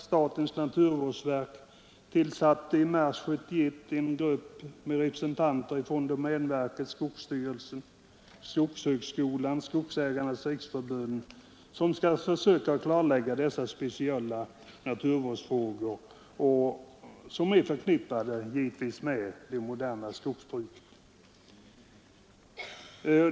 Statens naturvårdsverk tillsatte i mars 1971 en grupp med representanter för domänverket, skogsstyrelsen, skogshögskolan och Skogsägarnas riksförbund, som skall försöka klarlägga de speciella naturvårdsfrågor som är förknippade med det moderna skogsbruket.